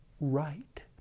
right